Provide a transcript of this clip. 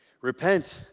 Repent